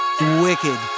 Wicked